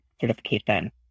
certification